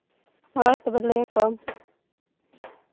ᱦᱳᱭ ᱛᱚᱵᱮ ᱞᱟᱹᱭ ᱟᱠᱚᱣᱟᱢ